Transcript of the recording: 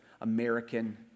American